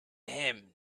him